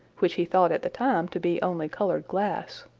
which he thought at the time to be only coloured glass.